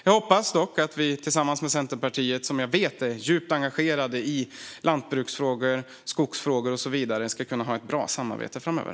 Jag hoppas dock att vi tillsammans med Centerpartiet, som jag vet är djupt engagerat i lantbruksfrågor, skogsfrågor och så vidare, ska kunna ha ett bra samarbete framöver.